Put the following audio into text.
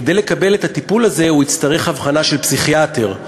כדי לקבל את הטיפול הזה הוא יצטרך אבחנה של פסיכיאטר.